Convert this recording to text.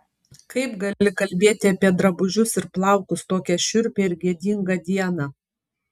kaip gali kalbėti apie drabužius ir plaukus tokią šiurpią ir gėdingą dieną